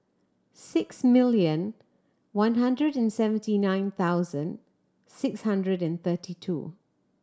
six million one hundred and seventy nine thousand six hundred and thirty two